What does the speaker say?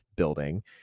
building